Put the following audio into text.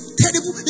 terrible